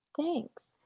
Thanks